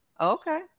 okay